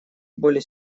более